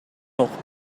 окуп